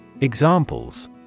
Examples